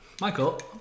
Michael